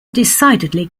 decidedly